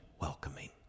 welcoming